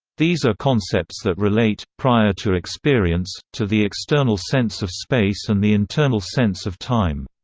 these are concepts that relate, prior to experience, to the external sense of space and the internal sense of time.